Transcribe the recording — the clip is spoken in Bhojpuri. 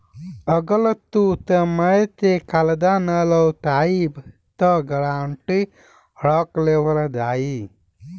अगर तू समय से कर्जा ना लौटइबऽ त गारंटी रख लेवल जाई